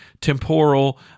temporal